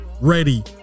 ready